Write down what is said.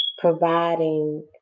providing